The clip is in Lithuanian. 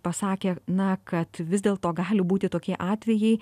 pasakė na kad vis dėl to gali būti tokie atvejai